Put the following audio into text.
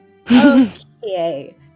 Okay